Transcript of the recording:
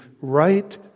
Right